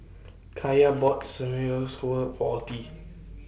Kaya bought For Ottie